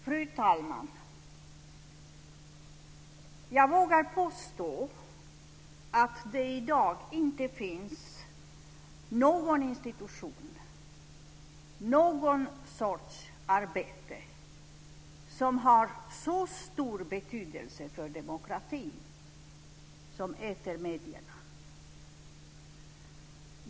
Fru talman! Jag vågar påstå att det i dag inte finns någon institution eller någon sorts arbete som har så stor betydelse för demokratin som etermedierna.